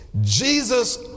Jesus